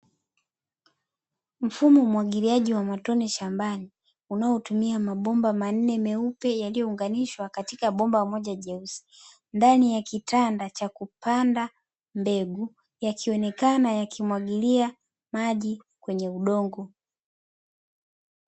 Mfumo wa umwagiliaji wa matone shambani unaotumia mabomba manne meupe yaliyounganishwa katika bomba moja jeusi, ndani ya kitanda cha kupanda mbegu yakionekana yakimwagilia maji kwenye udongo.